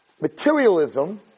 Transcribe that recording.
materialism